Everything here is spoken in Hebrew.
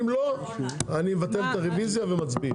אם לא, אני מבטל את הרוויזיה ומצביע.